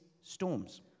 storms